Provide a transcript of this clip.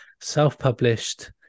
Self-published